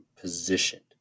positioned